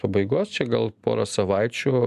pabaigos čia gal porą savaičių